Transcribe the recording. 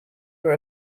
were